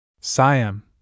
Siam